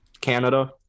Canada